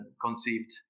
conceived